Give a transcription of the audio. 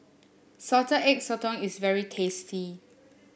Salted Egg Sotong is very tasty